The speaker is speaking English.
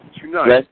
tonight